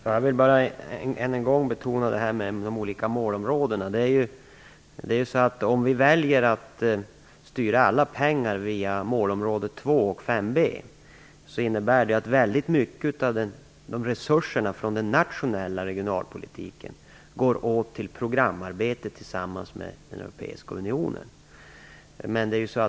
Fru talman! Jag vill bara än en gång betona detta med de olika målområdena. Om vi väljer att styra alla pengar via målområde 2 och 5B, innebär det att väldigt mycket av resurserna från den nationella regionalpolitiken går åt till programarbete tillsammans med den Europeiska unionen.